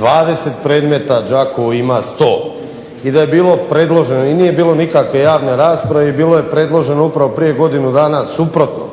20 predmeta, Đakovo ima 100. i da je bilo predloženo i nije bilo nikakve javne rasprave i bilo je predloženo upravo prije godinu danas suprotno